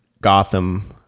Gotham